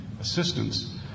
assistance